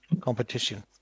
competition